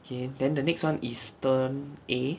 and then the next one eastern